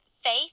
faith